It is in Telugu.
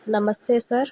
నమస్తే సార్